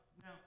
now